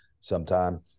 sometime